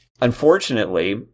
unfortunately